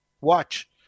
Watch